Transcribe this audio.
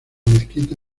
mezquita